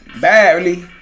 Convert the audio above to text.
badly